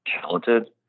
Talented